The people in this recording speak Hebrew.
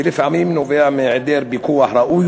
ולפעמים הוא נובע מהיעדר פיקוח ראוי